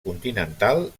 continental